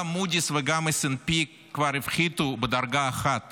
גם מודי'ס וגם S&P כבר הפחיתו בדרגה אחת